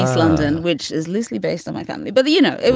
london, which is loosely based on my family. but you know it,